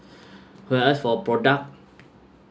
whereas for product